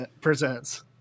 Presents